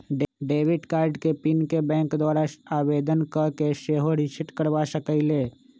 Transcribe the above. debit card के PIN के bank द्वारा आवेदन कऽ के सेहो रिसेट करबा सकइले